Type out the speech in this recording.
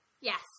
Yes